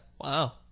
Wow